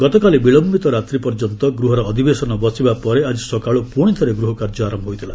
ଗତକାଲି ବିଳୟିତ ରାତ୍ରି ପର୍ଯ୍ୟନ୍ତ ଗୃହର ଅଧିବେଶନ ବସିବା ପରେ ଆଜି ସକାଳୁ ପୁଣିଥରେ ଗୃହ କାର୍ଯ୍ୟ ଆରମ୍ଭ ହୋଇଥିଲା